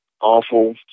awful